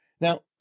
Now